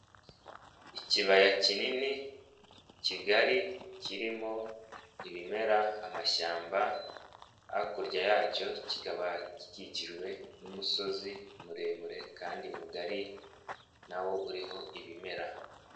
Ikibaya kinini kigari kirimo ibimera, amashyamba, hakurya yacyo kikaba gikijwe n'umusozi muremure kandi mugari na wo uriho ibimera.